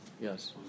Yes